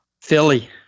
Philly